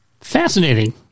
Fascinating